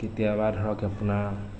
কেতিয়াবা ধৰক আপোনাৰ